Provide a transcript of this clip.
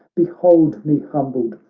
behold me humbled,